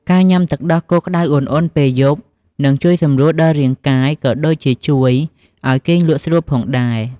ការញុំាទឹកដោះគោក្តៅឧណ្ហៗពេលយប់ នឹងជួយសម្រួលដល់រាងកាយ ក៏ដូចជាជួយឲ្យគេងលក់ស្រួលផងដែរ។